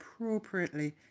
appropriately